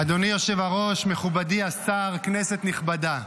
אדוני היושב-ראש, מכובדי השר, כנסת נכבדה,